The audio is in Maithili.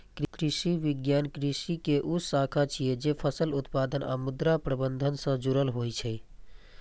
कृषि विज्ञान कृषि के ऊ शाखा छियै, जे फसल उत्पादन आ मृदा प्रबंधन सं जुड़ल होइ छै